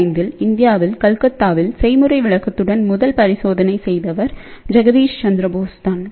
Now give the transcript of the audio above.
1895 இல் இந்தியாவில் கல்கத்தாவில் செய்முறை விளக்கத்துடன் முதல் பரிசோதனை செய்தவர் ஜெகதீஷ் சந்திரபோஸ் தான்